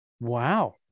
wow